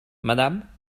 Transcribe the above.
madame